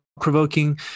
provoking